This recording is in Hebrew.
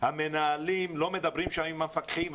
המנהלים לא מדברים שם עם המפקחים,